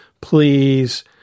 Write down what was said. please